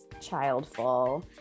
childful